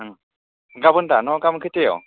ओं गाबोन दा न गामोन खोयथायाव